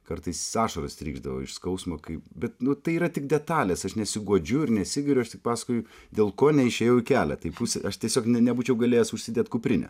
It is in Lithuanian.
kartais ašaros trykšdavo iš skausmo kaip bet nu tai yra tik detalės aš nesiguodžiu ir nesigiriu aš tik pasakoju dėl ko neišėjau į kelią tai pusė aš tiesiog ne nebūčiau galėjęs užsidėt kuprinę